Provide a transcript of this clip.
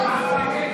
אתה מפחד,